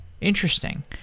interesting